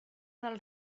del